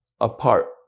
apart